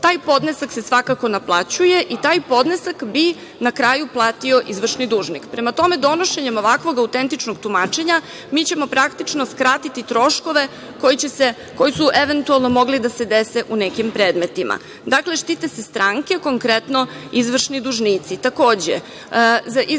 Taj podnesak se svakako naplaćuje i taj podnesak bi na kraju platio izvršni dužnik. Prema tome, donošenjem ovakvog autentičnog tumačenja mi ćemo praktično skratiti troškove koji su eventualno mogli da se dese u nekim predmetima. Dakle, štite se stranke, konkretno izvršni dužnici.